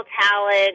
talent